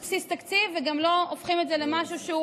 ולא בבסיס התקציב, וגם לא הופכים את זה למשהו שהוא